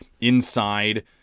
inside